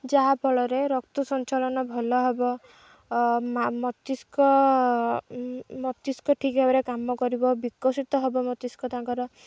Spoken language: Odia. ଯାହାଫଳରେ ରକ୍ତ ସଞ୍ଚାଳନ ଭଲ ହେବ ମସ୍ତିଷ୍କ ମସ୍ତିଷ୍କ ଠିକ୍ ଭାବରେ କାମ କରିବ ବିକଶିତ ହେବ ମସ୍ତିଷ୍କ ତାଙ୍କର